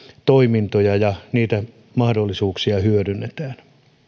toimintoja ja niitä mahdollisuuksia hyödynnetään